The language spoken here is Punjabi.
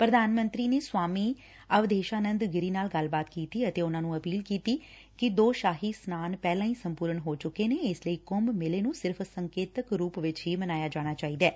ਪ੍ਰਧਾਨ ਮੰਤਰੀ ਨੇ ਸਵਾਮੀ ਅਣਧੇਸ਼ਾ ਨੰਦ ਗਿਰੀ ਨਾਲ ਗੱਲਬਾਤ ਕੀਤੀ ਅਤੇ ਉਨਾਂ ਨੂੰ ਅਪੀਲ ਕੀਤੀ ਕਿ ਦੋ ਸ਼ਾਹੀ ਸਨਾਨ ਪਹਿਲਾਂ ਹੀ ਸੰਪੂਰਨ ਹੋ ਚੁੱਕੇ ਨੇ ਇਸ ਲਈ ਕੁੰਭ ਮੇਲੇ ਨੂੰ ਸਿਰਫ਼ ਸੰਕੇਤਕ ਰੂਪ ਚ ਹੀ ਮਨਾਇਆ ਜਾਣਾ ਚਾਹੀਦੈ